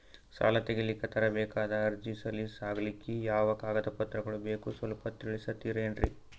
ಸಾಲ ತೆಗಿಲಿಕ್ಕ ತರಬೇಕಾದ ಅರ್ಜಿ ಸಲೀಸ್ ಆಗ್ಲಿಕ್ಕಿ ಯಾವ ಕಾಗದ ಪತ್ರಗಳು ಬೇಕು ಸ್ವಲ್ಪ ತಿಳಿಸತಿರೆನ್ರಿ?